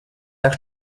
так